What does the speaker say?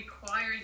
require